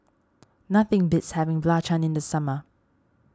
nothing beats having Belacan in the summer